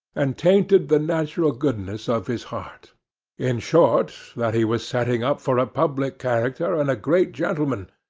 and tainted the natural goodness of his heart in short, that he was setting up for a public character, and a great gentleman,